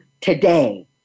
today